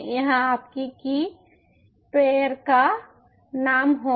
यह आपकी की पेर का नाम होगा